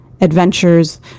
adventures